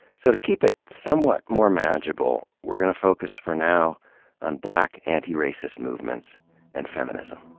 so to keep it somewhat more manageable, we're gonna focus for now on black anti-racist movements and feminism.